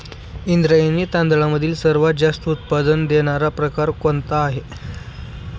इंद्रायणी तांदळामधील सर्वात जास्त उत्पादन देणारा प्रकार कोणता आहे?